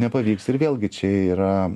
nepavyks ir vėlgi čia yra